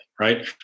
right